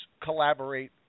collaborate